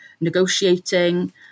negotiating